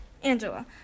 Angela